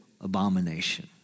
abomination